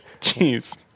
Jeez